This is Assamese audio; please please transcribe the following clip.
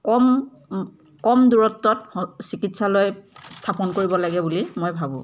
কম কম দূৰত্বত চিকিৎসালয় স্থাপন কৰিব লাগে বুলি মই ভাবোঁ